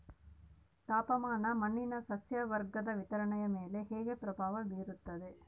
ತಾಪಮಾನ ಮಣ್ಣಿನ ಸಸ್ಯವರ್ಗದ ವಿತರಣೆಯ ಮೇಲೆ ಹೇಗೆ ಪ್ರಭಾವ ಬೇರುತ್ತದೆ?